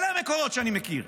אלה המקורות שאני מכיר.